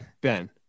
Ben